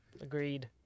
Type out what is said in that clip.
Agreed